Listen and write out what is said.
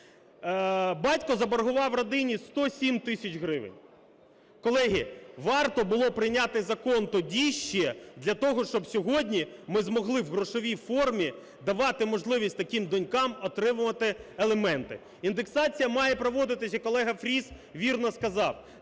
Батько заборгував родині 107 тисяч гривень. Колеги, варто було прийняти закон тоді ще для того, щоб сьогодні ми змогли в грошовій формі давати можливість таким донькам отримувати аліменти. Індексація має проводитися, і колега Фріс вірно сказав,